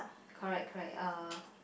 correct correct uh